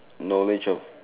knowledge of